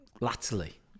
latterly